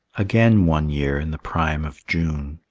again one year in the prime of june,